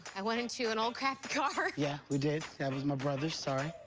i went into an old crappy car. yeah, we did. that was my brother's, sorry.